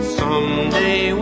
someday